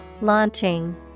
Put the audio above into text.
Launching